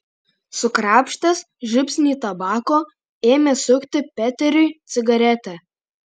sukrapštęs žiupsnį tabako ėmė sukti peteriui cigaretę